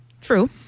True